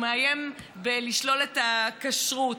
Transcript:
ומאיימת לשלול את הכשרות.